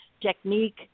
technique